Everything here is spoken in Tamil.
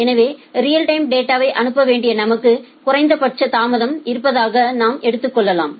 எனவே ரியல் டைம் டேட்டாவை அனுப்ப வேண்டிய நமக்கு குறைந்தபட்ச தாமதம் இருப்பதாக நாம் எடுத்துக்கொள்ளலாம்